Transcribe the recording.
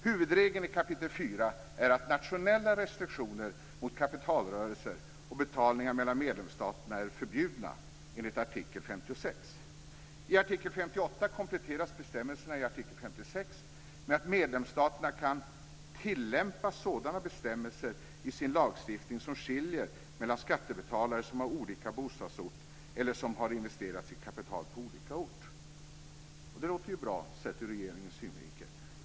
Huvudregeln i kap. 4 är att nationella restriktioner mot kapitalrörelser och betalningar mellan medlemsstaterna är förbjudna enligt artikel 56. I artikel 58 kompletteras bestämmelserna i artikel 56 med att medlemsstaterna kan "tillämpa sådana bestämmelser i sin skattelagstiftning som skiljer mellan skattebetalare som har olika bostadsort eller som har investerat sitt kapital på olika ort". Det låter bra ur regeringens synvinkel.